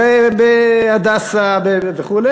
ב"הדסה" וכו',